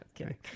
Okay